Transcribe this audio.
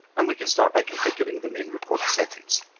and we can start by configuring the main report settings.